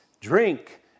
drink